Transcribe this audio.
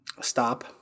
stop